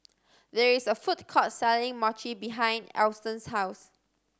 there is a food court selling Mochi behind Alston's house